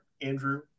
Andrew